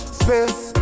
space